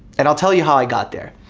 and i'll tell you how i got there.